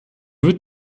wird